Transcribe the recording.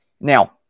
Now